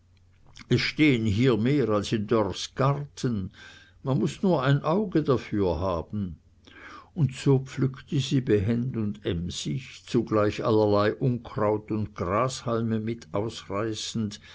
es stehen hier mehr als in dörrs garten man muß nur ein auge dafür haben und so pflückte sie behend und emsig zugleich allerlei unkraut und grashalme mit ausreißend